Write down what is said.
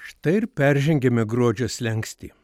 štai ir peržengiame gruodžio slenkstį